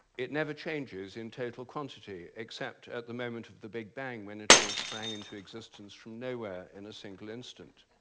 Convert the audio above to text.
it never changes in total quantity, except at the moment of the big bang when it all sprang into existence from nowhere in a single instant.